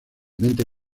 mente